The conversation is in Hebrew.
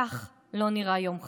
כך לא נראה יום חג,